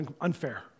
unfair